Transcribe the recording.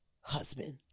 husband